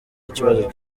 ikibazo